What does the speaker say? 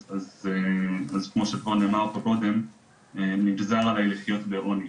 אז כמו שנאמר פה קודם נגזר עליי לחיות בעוני.